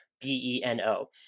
B-E-N-O